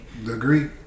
degree